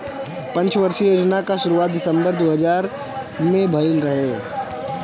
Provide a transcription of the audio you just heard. पंचवर्षीय योजना कअ शुरुआत दिसंबर दू हज़ार में भइल रहे